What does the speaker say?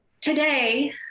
Today